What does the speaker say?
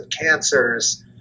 cancers